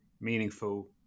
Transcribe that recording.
meaningful